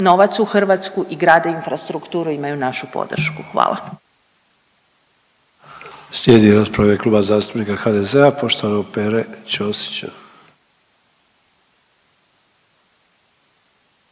novac u Hrvatsku i grade infrastrukturu imaju našu podršku. Hvala.